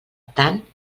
tant